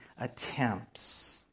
attempts